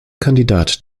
kandidat